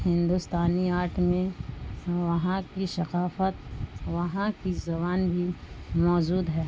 ہندوستانی آرٹ میں وہاں کی ثقافت وہاں کی زبان بھی موجود ہے